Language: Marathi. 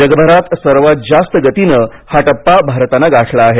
जगभरात सर्वात जास्त गतीनं हा टप्पा भारतानं गाठला आहे